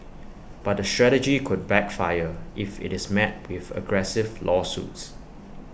but the strategy could backfire if IT is met with aggressive lawsuits